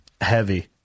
heavy